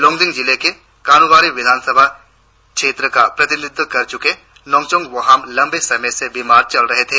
लोंगडिंग़ जिले के कानुबारी विधान सभा क्षेत्र का प्रतिनिधित्व कर चुके नोकचोंग बोहाम लंबे समय से बीमार चल रहे थे